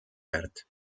väärt